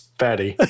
fatty